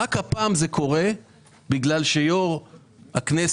רק הפעם זה קורה בגלל שיו"ר הכנסת,